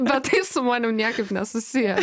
bet tai su manim niekaip nesusiję